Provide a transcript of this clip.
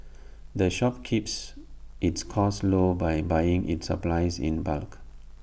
the shop keeps its costs low by buying its supplies in bulk